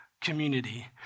community